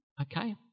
okay